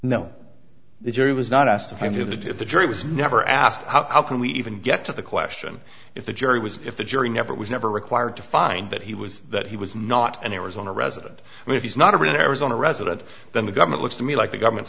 no the jury was not asked of him to the jury was never asked how can we even get to the question if the jury was if the jury never was never required to find that he was that he was not an arizona resident but if he's not an arizona resident then the government looks to me like the government's